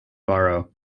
varro